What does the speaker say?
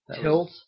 tilt